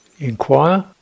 inquire